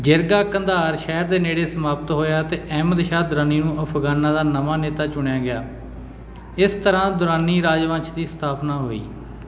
ਜਿਰਗਾ ਕੰਧਾਰ ਸ਼ਹਿਰ ਦੇ ਨੇੜੇ ਸਮਾਪਤ ਹੋਇਆ ਅਤੇ ਅਹਿਮਦ ਸ਼ਾਹ ਦੁਰਾਨੀ ਨੂੰ ਅਫ਼ਗਾਨਾਂ ਦਾ ਨਵਾਂ ਨੇਤਾ ਚੁਣਿਆ ਗਿਆ ਇਸ ਤਰ੍ਹਾਂ ਦੁਰਾਨੀ ਰਾਜਵੰਸ਼ ਦੀ ਸਥਾਪਨਾ ਹੋਈ